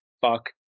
fuck